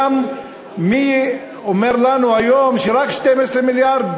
מי אומר לנו היום שרק 12 מיליארד,